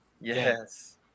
Yes